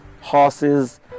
horses